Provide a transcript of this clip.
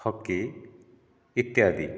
hockey ଇତ୍ୟାଦି